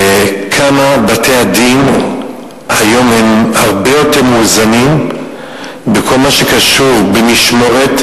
וכמה בתי-הדין היום הם הרבה יותר מאוזנים בכל מה שקשור במשמורת,